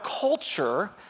culture